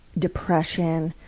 depression,